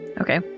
Okay